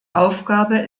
aufgabe